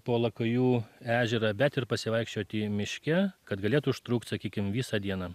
po lakajų ežerą bet ir pasivaikščioti miške kad galėtų užtrukt sakykim visą dieną